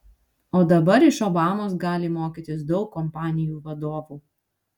o dabar iš obamos gali mokytis daug kompanijų vadovų